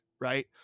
right